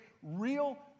Real